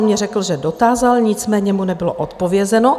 On mně řekl, že dotázal, nicméně mu nebylo odpovězeno.